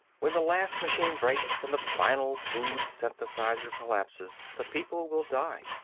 when the last machine breaks and the final food synthesizer collapses the people will die.